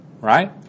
right